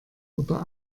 oder